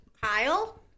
Kyle